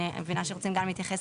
אני מבינה שאתם גם רוצים להתייחס,